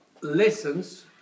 lessons